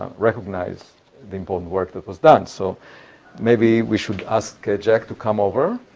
recognize the important work that was done. so maybe we should ask jack to come over,